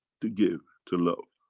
to give. to love.